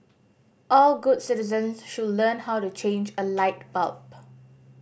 all good citizens should learn how to change a light bulb